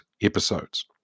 episodes